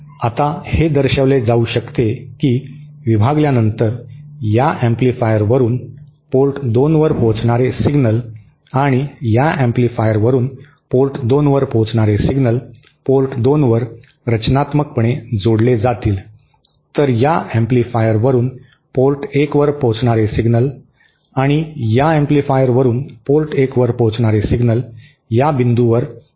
आता हे दर्शविले जाऊ शकते की विभागल्यानंतर या एम्पलीफायर वरून पोर्ट 2 वर पोहोचणारे सिग्नल आणि या एम्पलीफायरवरून पोर्ट 2 वर पोहोचणारे सिग्नल पोर्ट 2 वर रचनात्मकपणे जोडले जातील तर या एम्पलीफायर वरून पोर्ट 1 वर पोहोचणारे सिग्नल आणि या एम्पलीफायरवरून पोर्ट 1 वर पोहोचणारे सिग्नल या बिंदू वर विनाशकारी पद्धतीने जोडले जातील